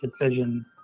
decision